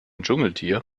dschungeltier